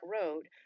road